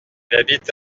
habite